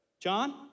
John